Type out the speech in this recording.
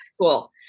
cool